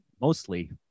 mostly